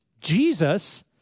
Jesus